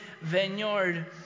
Vineyard